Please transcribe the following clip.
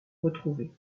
retrouvés